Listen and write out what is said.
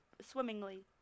swimmingly